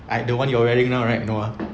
I the one you're wearing now right no ah